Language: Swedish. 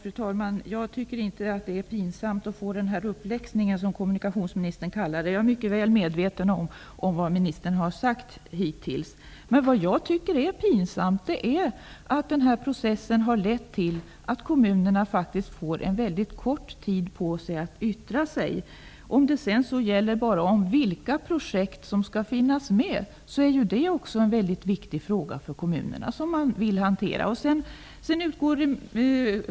Fru talman! Jag tycker inte att det är pinsamt att få denna uppläxning, som kommunikationsministern kallade det för. Jag är väl medveten om vad kommunikationsministern hittills har sagt. Men vad jag tycker är pinsamt är att den här processen lett till att kommunerna faktiskt får en väldigt kort tid på sig att yttra sig. Vilka projekt som skall finnas med är ju en väldigt viktig fråga för kommunerna.